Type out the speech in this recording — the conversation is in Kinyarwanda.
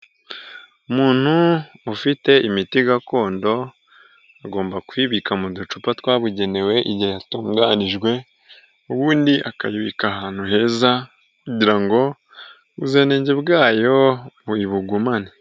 Umuntu ufite imiti gakondo agomba kuyibika mu ducupa twabugenewe igihe yatunganijwe, ubundi akayibika ahantu heza kugira ngo ubuziranenge bwayo muyibugumane.